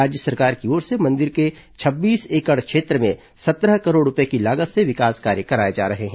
राज्य सरकार की ओर से मंदिर के छब्बीस एकड़ क्षेत्र में सत्रह करोड़ रूपये की लागत से विकास कार्य किया जा रहा है